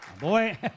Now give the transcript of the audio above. Boy